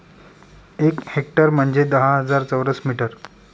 एक हेक्टर म्हणजे दहा हजार चौरस मीटर